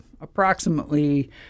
approximately